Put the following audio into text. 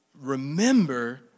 remember